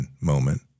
moment